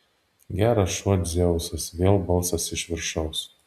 geras šuo dzeusas vėl balsas iš viršaus